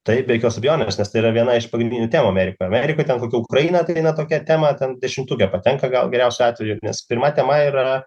taip be jokios abejonės nes tai yra viena iš pagrindinių temų amerikoj amerikoj ten kokia ukraina tai na tokia tema ten dešimtuke patenka gal geriausiu atveju nes pirma tema ir yra